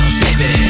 baby